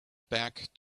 back